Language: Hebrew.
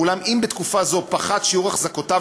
ואולם אם בתקופה זו פחת שיעור אחזקותיו